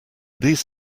these